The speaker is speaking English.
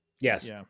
Yes